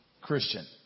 Christian